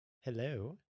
hello